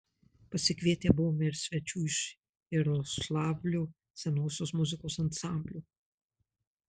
pasikvietę buvome ir svečių iš jaroslavlio senosios muzikos ansamblio